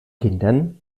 kindern